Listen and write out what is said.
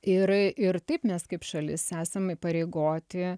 ir ir taip mes kaip šalis esame įpareigoti